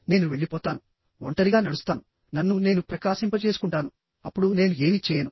నేను వెళ్ళిపోతాను ఒంటరిగా నడుస్తాను నన్ను నేను ప్రకాశింపజేసుకుంటాను అప్పుడు నేను ఏమీ చేయను